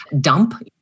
dump